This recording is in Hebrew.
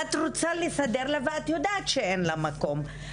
את רוצה לסדר לה ואת יודעת שאין לה מקום,